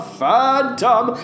phantom